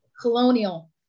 colonial